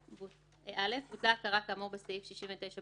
69ב19. (א) בוטלה ההכרה כאמור בסעיף 69ב17,